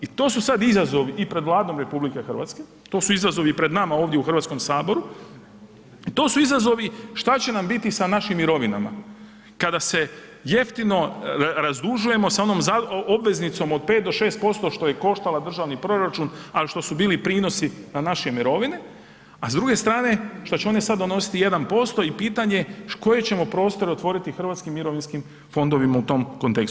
I to su sad izazovi i pred Vladom RH, to su izazovi i pred nama ovdje u HS-u, to su izazovi šta će nam biti sa našim mirovinama kada se jeftino razdužujemo sa onom obveznicom od 5 do 6% što je koštala državni proračun, a što su bili prinosi na naše mirovine, a s druge strane što će one sad donositi 1% i pitanje je koje ćemo prostore otvoriti Hrvatskim mirovinskim fondovima u tom kontekstu.